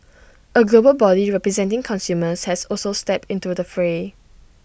A global body representing consumers has also stepped into the fray